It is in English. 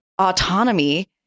autonomy